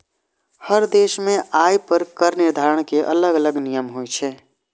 हर देश मे आय पर कर निर्धारण के अलग अलग नियम होइ छै